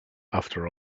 after